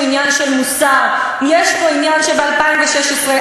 אתה רוצה שהילדים שלך יבואו הביתה וישאלו אותך: